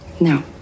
No